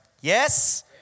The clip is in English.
Yes